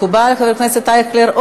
מקובל, חבר הכנסת אייכלר?